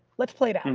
let's play it out.